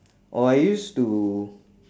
oh I used to